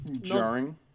Jarring